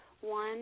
one